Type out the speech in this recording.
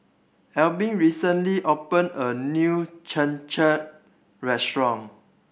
Albin recently opened a new Cham Cham restaurant